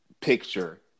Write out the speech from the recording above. picture